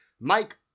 Mike